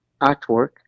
artwork